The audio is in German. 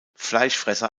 fleischfresser